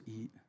eat